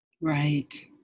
Right